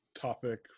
topic